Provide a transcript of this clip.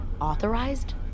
authorized